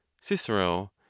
Cicero